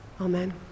amen